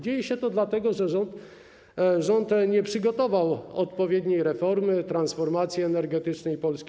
Dzieje się to dlatego, że rząd nie przygotował odpowiedniej reformy, transformacji energetycznej Polski.